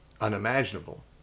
unimaginable